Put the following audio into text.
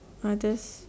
I just